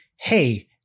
hey